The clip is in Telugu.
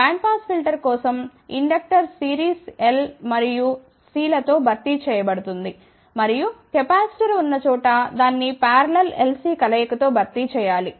బ్యాండ్పాస్ ఫిల్టర్ కోసంఇండక్టర్ సిరీస్ L మరియు C లతో భర్తీ చేయబడుతుంది మరియు కెపాసిటర్ ఉన్నచోట దాన్ని పారలల్ LC కలయిక తో భర్తీ చేయాలి